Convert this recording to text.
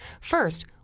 First